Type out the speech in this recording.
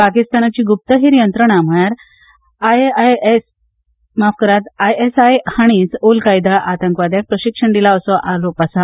पाकिस्तानाची गुप्तहेर यंत्रणा म्हळ्यार आयएसआय हांणीच उलकायदा आतंकवाद्यांक प्रशिक्षण दिला असो आरोप आसा